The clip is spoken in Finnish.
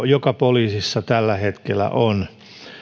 joka poliisissa tällä hetkellä on